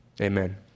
amen